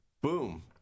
boom